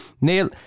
Neil